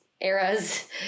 eras